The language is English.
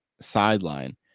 sideline